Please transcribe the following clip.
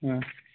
ꯎꯝ